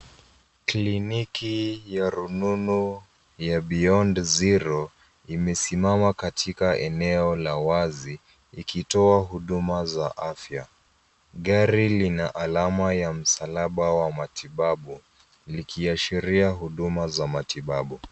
Kliniki ya rununu ya Beyond Zero imesimama katika eneo la wazi likitoa huduma za afya. Gari lina alama ya msalaba wa matibabu likiashiria huduma za matibabu.